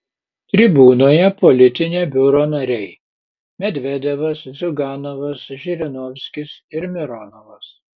tribūnoje politinio biuro nariai medvedevas ziuganovas žirinovskis ir mironovas